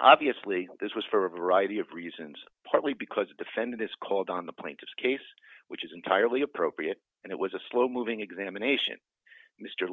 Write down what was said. obviously this was for a variety of reasons partly because the defendant is called on the plaintiff's case which is entirely appropriate and it was a slow moving examination mr